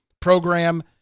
program